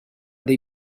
dei